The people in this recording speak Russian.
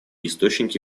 источники